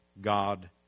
God